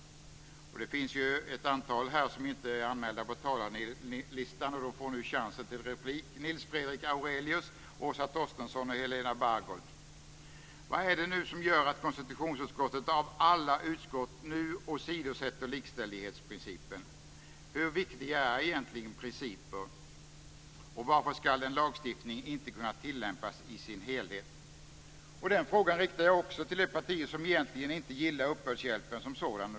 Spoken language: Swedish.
Det finns ju ett antal ledamöter här i kammaren som inte är anmälda på talarlistan, och de får nu chansen till replik: Nils Fredrik Aurelius, Åsa Torstensson och Helena Bargholtz. Vad är det som gör att konstitutionsutskottet av alla utskott nu åsidosätter likställighetsprincipen? Hur viktiga är egentligen principer? Varför ska en lagstiftning inte kunna tillämpas i sin helhet? Och den frågan riktar jag även till de partier som egentligen inte gillar uppbördshjälpen som sådan.